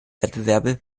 wettbewerbe